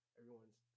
everyone's